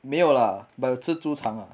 没有 lah but 有吃猪肠啦